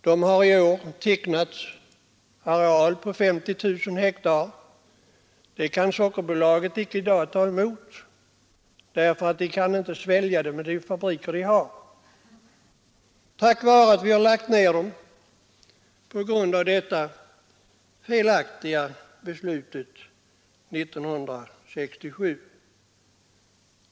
De har i år tecknat en areal på 50 000 ha, men Sockerbolaget kan icke ta emot hela skörden från denna areal med de fabriker det har. Detta är resultatet av nedläggningarna på grund av det felaktiga beslutet 1967.